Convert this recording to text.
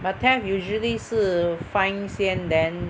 but theft usually 是 fine 先 then